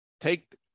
take